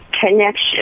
connection